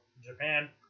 Japan